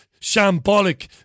shambolic